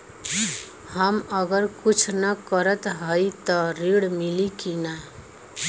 हम अगर कुछ न करत हई त ऋण मिली कि ना?